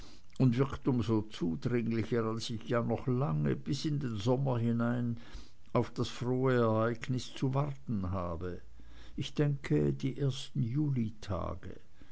und wirkt um so zudringlicher als ich ja noch lange bis in den sommer hinein auf das frohe ereignis zu warten habe ich denke die ersten julitage